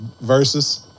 versus